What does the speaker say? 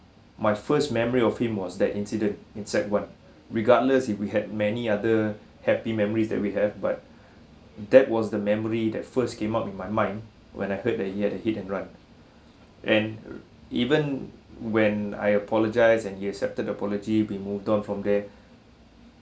my first memory of him was that incident in sec one regardless if we had many other happy memories that we have but that was the memory that first came up in my mind when I heard that he had hit and run and even when I apologised and he accepted the apology be moved on from there